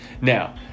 Now